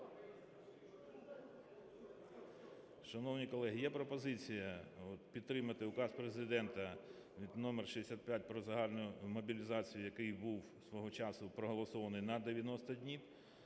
Шановні колеги, є пропозиція от підтримати Указ Президента № 65 "Про загальну мобілізацію", який був свого часу проголосований на 90 днів.